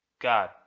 God